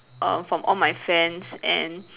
err from all my friends and